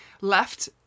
left